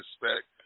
respect